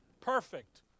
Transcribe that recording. Perfect